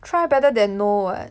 try better than no [what]